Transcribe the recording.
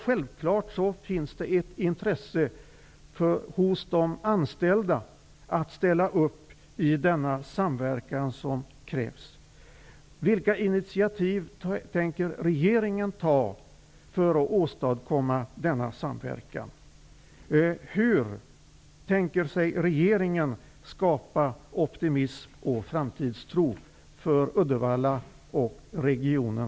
Självfallet finns det ett intresse hos de anställda att ställa upp i den samverkan som krävs. Uddevallaregionen?